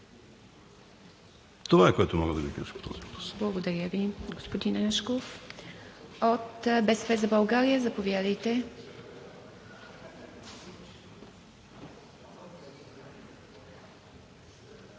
Това е, което мога да Ви кажа.